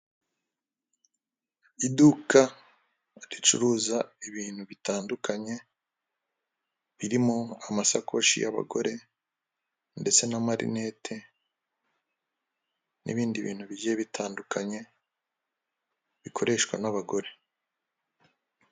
Iduka ricuruza ibintu bitandukanye birimo amasakoshi y'abagore ndetse n'amarinete, n'ibindi bintu bigiye bitandukanye bikoreshwa n'abagore.